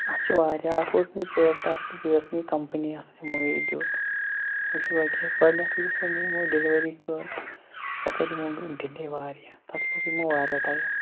اَتھ چھِ واریاہ اَکھ اوس نہٕ یہِ پرٛوڈَکٹ اَصٕل بیٚیہِ ٲس نہٕ یہِ کَمپٔنی اَصٕل یِمو یہِ دیُت وٕچھو وۄنۍ کیٛاہ گۄڈٕنٮ۪تھٕے یُس وۄنۍ یِمو ڈِلؤری کٔر سۄ کٔر یِمو ڈِلے واریاہ تَتھ لوگ یِمو واریاہ ٹایم